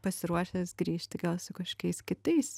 pasiruošęs grįžti gal su kažkokiais kitais